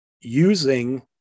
using